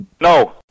No